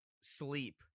Sleep